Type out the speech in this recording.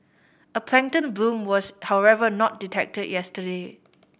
a plankton bloom was however not detected yesterday